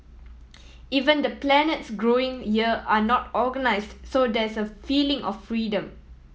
even the growing are not organised so there's a feeling of freedom